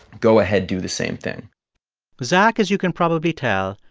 go ahead. do the same thing zach, as you can probably tell,